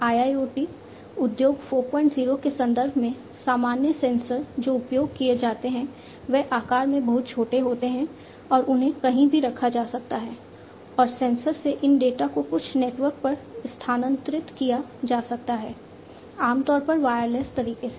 तो IoT IIoT उद्योग 40 के संदर्भ में सामान्य सेंसर जो उपयोग किए जाते हैं वे आकार में बहुत छोटे होते हैं और उन्हें कहीं भी रखा जा सकता है और सेंसर से इन डेटा को कुछ नेटवर्क पर स्थानांतरित किया जा सकता है आमतौर पर वायरलेस तरीके से